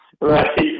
Right